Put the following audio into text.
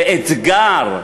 ואתגר,